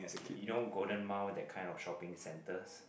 you know Golden-Mile that kind of shopping centres